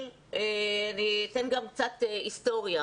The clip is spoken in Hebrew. אני אתן גם קצת היסטוריה.